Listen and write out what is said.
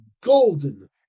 golden